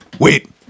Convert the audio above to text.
Wait